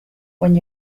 when